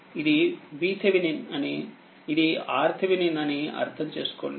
ఇది VThevenin అని ఇది RThevenin అని అర్థం చేసుకోండి